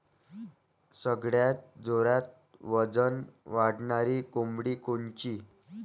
सगळ्यात जोरात वजन वाढणारी कोंबडी कोनची?